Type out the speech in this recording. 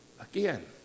again